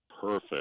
perfect